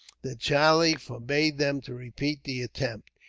that charlie forbade them to repeat the attempt.